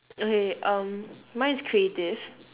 okay um mine is creative